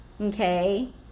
Okay